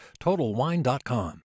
TotalWine.com